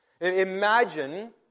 Imagine